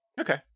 Okay